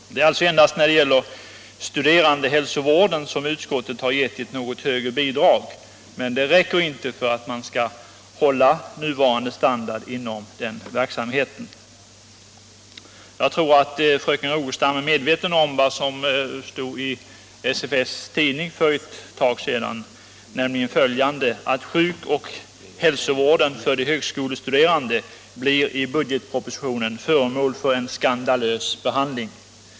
Det är endast när det gäller studerandehälsovården som utskottsmajoriteten har tillstyrkt ett något högre bidrag än departementschefen, men det räcker inte för att man skall hålla nuvarande standard inom den verksamheten. Jag tror att fröken Rogestam är medveten om vad som stod i SFS tidning för en tid sedan: Sjuk och hälsovården för de högskolestuderande blir i budgetpropositionen föremål för en skandalös behandling.